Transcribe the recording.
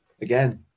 again